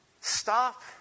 Stop